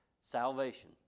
salvation